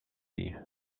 sea